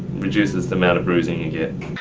reduces the amount of bruising you get.